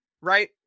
Right